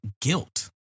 Guilt